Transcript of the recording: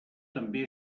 també